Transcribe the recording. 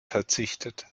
verzichtet